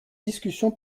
discussion